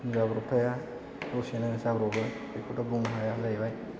जाब्रबथाया दसेनो जाब्रबो बेखौथ' बुंनो हाया जाहैबाय